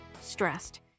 stressed